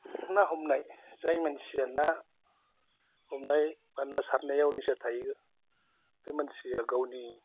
ना हमनाय जाय मानसिया ना हमनाय बि ना सारनायाव निशा थायो बि मानसिया गावनि